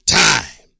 time